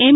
એમ